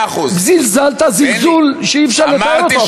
זלזלת זלזול שאי-אפשר לתאר אותו אפילו.